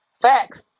facts